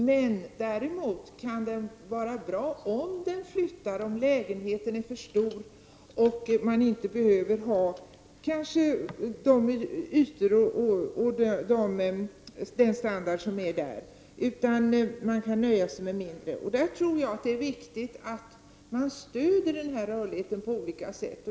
Men däremot kan det vara bra om de flyttar om lägenheten är för stor och de inte behöver ha de ytor eller den standard som finns och kan nöja sig med mindre. Det är viktigt att man stöder den rörligheten på olika sätt.